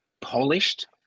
polished